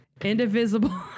Indivisible